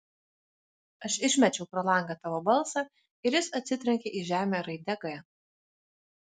aš išmečiau pro langą tavo balsą ir jis atsitrenkė į žemę raide g